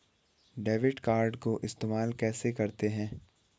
Debit card को इस्तेमाल कैसे करते हैं?